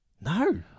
No